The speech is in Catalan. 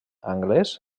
anglès